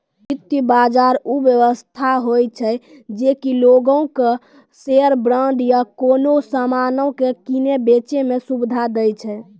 वित्त बजार उ व्यवस्था होय छै जे कि लोगो के शेयर, बांड या कोनो समानो के किनै बेचै मे सुविधा दै छै